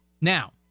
now